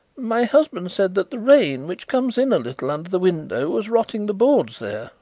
my husband said that the rain, which comes in a little under the window, was rotting the boards there,